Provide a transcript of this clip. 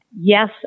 Yes